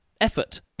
effort